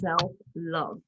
self-love